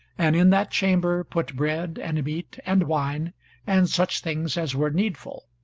and in that chamber put bread and meat and wine and such things as were needful.